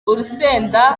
urusenda